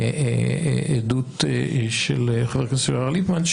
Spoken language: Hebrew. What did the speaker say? העדות של חבר הכנסת לשעבר ליפמן,